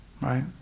right